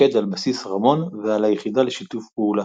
פיקד על בסיס רמון ועל היחידה לשיתוף פעולה.